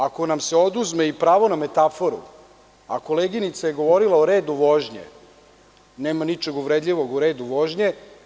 Ako nam se oduzme i pravo na metaforu, a koleginica je govorila o „redu vožnje“, nema ničeg uvredljivog u „redu vožnje“